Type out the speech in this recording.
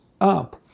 up